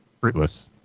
Fruitless